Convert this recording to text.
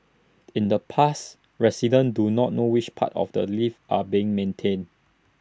in the past residents do not know which parts of the lift are being maintained